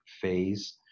phase